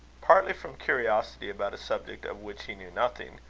partly from curiosity about a subject of which he knew nothing,